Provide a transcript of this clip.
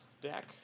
deck